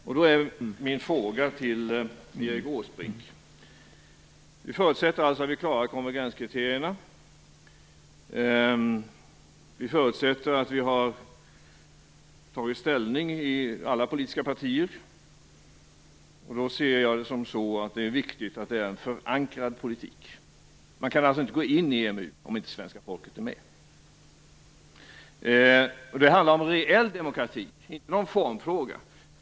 Jag har en fråga till Erik Åsbrink. Vi förutsätter att vi klarar konvergenskriterierna. Vi förutsätter också att alla politiska partier har tagit ställning. Jag ser det som viktigt att politiken är förankrad. Man kan inte gå in i EMU om inte svenska folket är med. Det handlar om reell demokrati, inte någon formfråga.